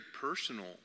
personal